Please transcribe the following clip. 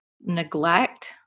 neglect